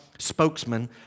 spokesman